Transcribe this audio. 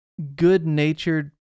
good-natured